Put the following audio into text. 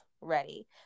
ready